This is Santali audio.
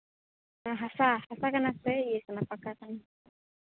ᱦᱟᱥᱟ ᱦᱟᱥᱟ ᱠᱟᱱᱟ ᱥᱮ ᱤᱭᱟᱹ ᱠᱟᱱᱟ ᱯᱟᱠᱟ ᱠᱟᱱᱟ